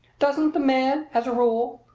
doesn't the man, as a rule,